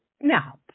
Now